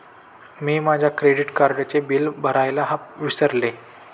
मी माझ्या क्रेडिट कार्डचे बिल भरायला विसरले